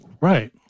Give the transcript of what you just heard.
Right